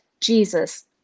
jesus